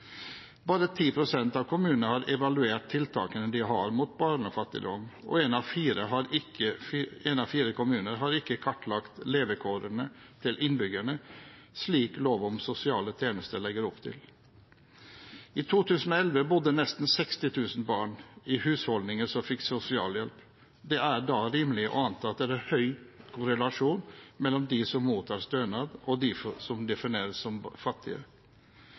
Bare 10 pst. av kommunene har evaluert tiltakene de har mot barnefattigdom, og én av fire kommuner har ikke kartlagt levekårene til innbyggerne, slik lov om sosiale tjenester legger opp til. I 2011 bodde nesten 60 000 barn i husholdninger som fikk sosialhjelp. Det er da rimelig å anta at det er høy korrelasjon mellom dem som mottar stønad, og dem som defineres som fattige.